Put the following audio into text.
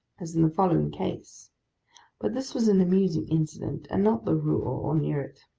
as in the following case but this was an amusing incident, and not the rule, or near it.